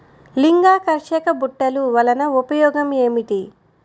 లింగాకర్షక బుట్టలు వలన ఉపయోగం ఏమిటి?